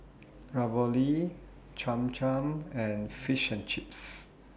Ravioli Cham Cham and Fish and Chips